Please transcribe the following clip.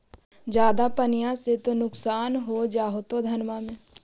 ज्यादा पनिया से तो नुक्सान हो जा होतो धनमा में?